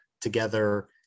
together